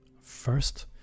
first